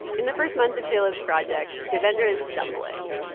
in the first months of shaila's project, devendra is stumbling.